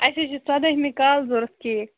اَسہِ حظ چھِ ژۄدہمہِ کالہٕ ضوٚرَتھ کیک